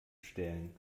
stellen